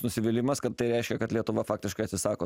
nusivylimas kad tai reiškia kad lietuva faktiškai atsisako